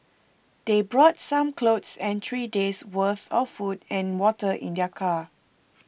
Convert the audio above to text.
they brought some clothes and three days' worth of food and water in their car